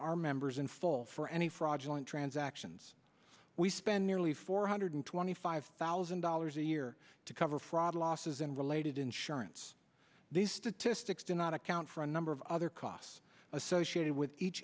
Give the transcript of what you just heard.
our members in full for any fraudulent transactions we spend nearly four hundred twenty five thousand dollars a year to cover fraud losses and related insurance these statistics do not account for a number of other costs associated with each